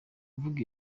mvuga